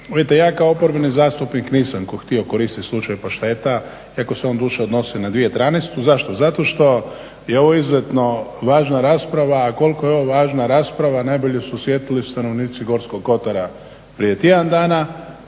ja kao oporbeni zastupnik nisam htio koristiti slučaj pašteta iako se on doduše odnosi na 2011. Zašto? Zato što je izuzetno važna rasprava a koliko je ovo važna rasprava najbolje su osjetili stanovnici Gorskog Kotara prije tjedan dana